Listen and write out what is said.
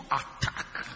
attack